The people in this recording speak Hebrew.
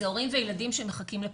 זה הורים וילדים שמחכים לפתרון.